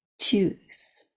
choose